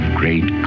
great